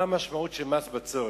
מה המשמעות של מס בצורת?